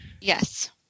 Yes